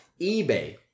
eBay